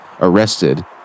arrested